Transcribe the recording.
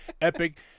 epic